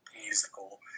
musical